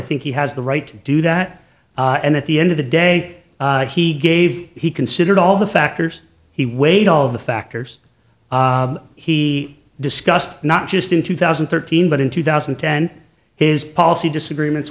think he has the right to do that and at the end of the day he gave he considered all the factors he weighed all of the factors he discussed not just in two thousand and thirteen but in two thousand and ten his policy disagreements